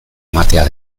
ematea